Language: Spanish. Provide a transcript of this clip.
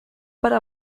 para